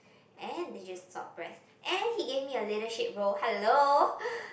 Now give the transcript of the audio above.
and they just suppress and he gave me a leadership role hello